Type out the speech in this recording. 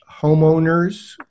homeowners